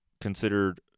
considered